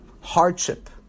hardship